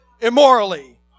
immorally